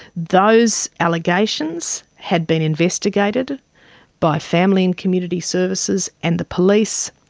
those allegations had been investigated by family and community services and the police,